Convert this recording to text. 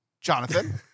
Jonathan